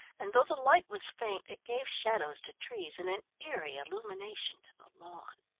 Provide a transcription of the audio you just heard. and though the light was faint, it gave shadows to trees and an eerie illumination to the lawn.